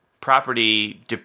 property